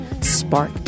Spark